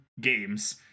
games